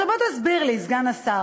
בוא ותסביר לי, סגן השר,